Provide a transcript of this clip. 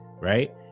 right